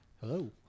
Hello